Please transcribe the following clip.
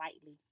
lightly